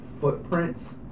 footprints